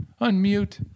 Unmute